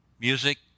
Music